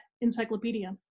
encyclopedia